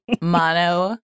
Mono